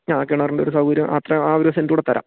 ആ കിണറിൻ്റെ ഒരു സൗകര്യം അത്രയും ആ ഒരു സെൻറുകൂടെ തരാം